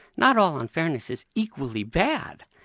not all unfairness is equally bad.